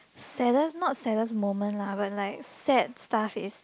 saddest not saddest moment lah but like sad stuff is